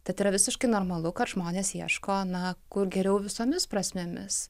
tad yra visiškai normalu kad žmonės ieško na kur geriau visomis prasmėmis